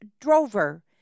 Drover